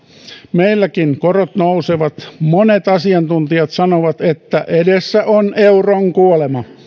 meilläkin korot nousevat monet asiantuntijat sanovat että edessä on euron kuolema